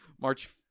March